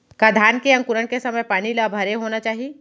का धान के अंकुरण के समय पानी ल भरे होना चाही?